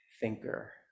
thinker